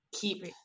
keep